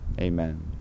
Amen